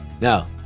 Now